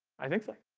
i think so.